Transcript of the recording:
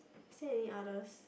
is there any others